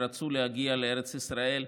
רצו להגיע לארץ ישראל,